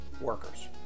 workers